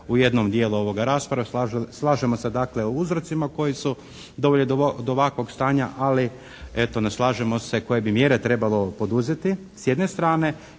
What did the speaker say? u jednom dijelu ove rasprave. Slažemo se, dakle, o uzrocima koji su doveli do ovakvog stanja, ali eto ne slažemo se koje bi mjere trebalo poduzeti s jedne strane